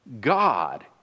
God